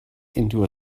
into